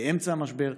באמצע המשבר?